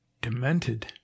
Demented